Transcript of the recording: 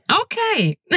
Okay